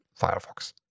Firefox